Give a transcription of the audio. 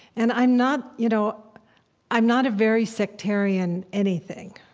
and i'm not you know i'm not a very sectarian anything,